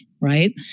right